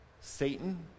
Satan